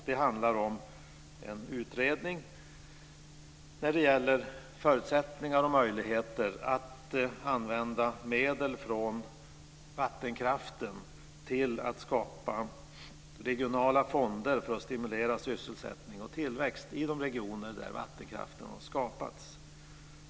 Den handlar om en utredning som gäller förutsättningar och möjligheter att använda medel från vattenkraften till att skapa regionala fonder för att stimulera sysselsättning och tillväxt i de regioner där vattenkraften skapats.